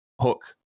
hook